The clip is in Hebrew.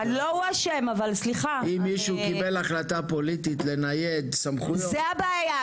אם מישהו קיבל החלטה פוליטית לנייד סמכות --- זו הבעיה,